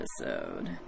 episode